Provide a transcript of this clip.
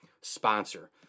sponsor